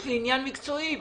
יש לי עניין מקצועי.